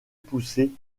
pousser